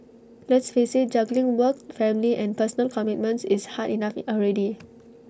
let's face IT juggling work family and personal commitments is hard enough already